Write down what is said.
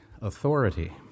authority